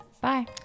Bye